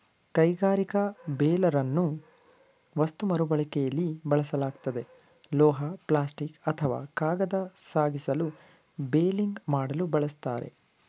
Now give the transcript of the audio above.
ಕೈಗಾರಿಕಾ ಬೇಲರನ್ನು ವಸ್ತು ಮರುಬಳಕೆಲಿ ಬಳಸಲಾಗ್ತದೆ ಲೋಹ ಪ್ಲಾಸ್ಟಿಕ್ ಅಥವಾ ಕಾಗದ ಸಾಗಿಸಲು ಬೇಲಿಂಗ್ ಮಾಡಲು ಬಳಸ್ತಾರೆ